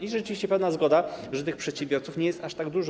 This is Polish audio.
I rzeczywiście pełna zgoda, że tych przedsiębiorców nie jest aż tak dużo.